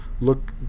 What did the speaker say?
look